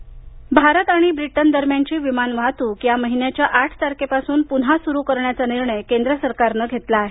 Britain विमान भारत आणि ब्रिटन दरम्यानची विमान वाहतूक या महिन्याच्या आठ तारखेपासून पुन्हा सुरू करण्याचा निर्णय केंद्र सरकारनं घेतला आहे